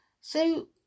So